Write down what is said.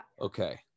okay